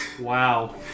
Wow